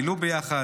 בילו ביחד,